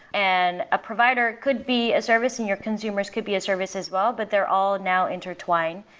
and a provider could be a service and your consumers could be a service as well but they're all now intertwined.